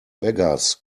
beggars